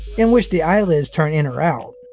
in which the eyelid turns in or out.